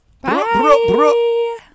Bye